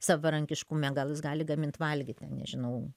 savarankiškume gal jis gali gamint valgyt ten nežinau